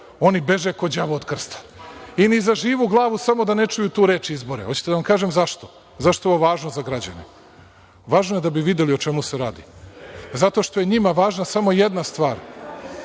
oni beže kao đavo od krsta i ni za živu glavu, samo da ne čuju tu reč – izbori. Hoćete da vam kažem zašto? Zašto je ovo važno za građane? Važno je da bi videli o čemu se radi. Zato što je njima važna samo jedna stvar,